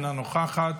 אינה נוכחת,